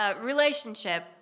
relationship